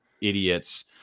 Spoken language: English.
idiots